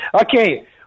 Okay